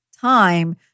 time